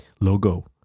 logo